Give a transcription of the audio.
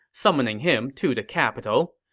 summoning him to the capital.